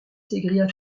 s’écria